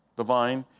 the vine,